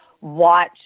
watch